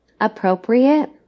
appropriate